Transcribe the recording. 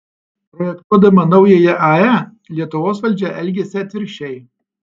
projektuodama naująją ae lietuvos valdžia elgiasi atvirkščiai